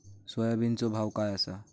सोयाबीनचो भाव काय आसा?